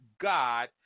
God